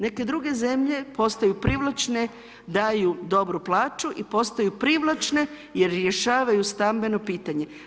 Neke druge zemlje postaju privlačne, daju dobru plaću i postaju privlačne jer rješavaju stambeno pitanje.